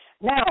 Now